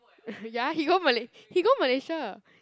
ya he go Malay he go Malaysia